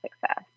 success